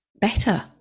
better